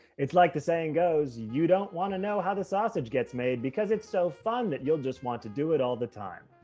it's like the saying goes you don't want to know how the sausage gets made because it's so fun and you'll just want to do it all the time!